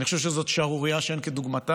אני חושב שזו שערורייה שאין כדוגמתה,